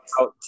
out